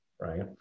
right